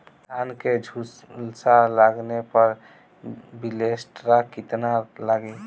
धान के झुलसा लगले पर विलेस्टरा कितना लागी?